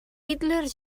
hitler